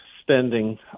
spending